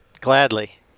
Gladly